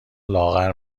لاغر